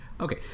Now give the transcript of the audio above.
Okay